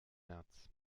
märz